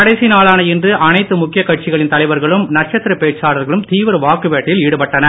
கடைசி நாளான இன்று அனைத்து முக்கியக் கட்சிகளின் தலைவர்களும் நட்சத்திரப் பேச்சாளர்களும் தீவிர வாக்கு வேட்டையில் ஈடுபட்டனர்